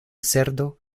cerdo